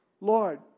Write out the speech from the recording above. Lord